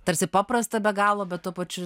tarsi paprasta be galo bet tuo pačiu